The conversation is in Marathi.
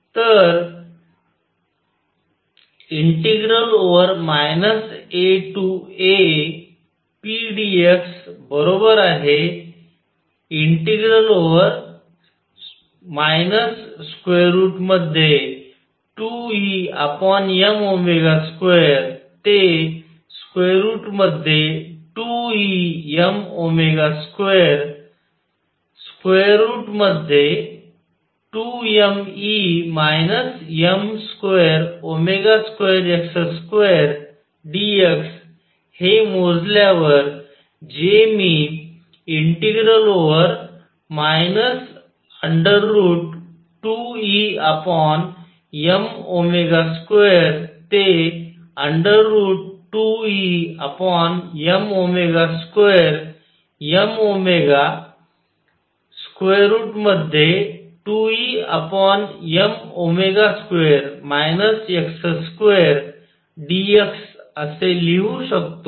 तर AApdx 2Em22Em22mE m22x2 dx हे मोजल्यावर जे मी 2Em22Em2mω2Em2 x2dx असे लिहू शकतो